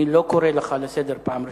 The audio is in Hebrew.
אני לא קורא אותך לסדר פעם ראשונה.